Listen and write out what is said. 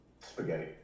Spaghetti